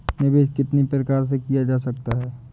निवेश कितनी प्रकार से किया जा सकता है?